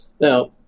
Now